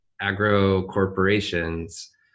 agro-corporations